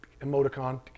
emoticon